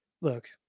Look